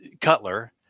Cutler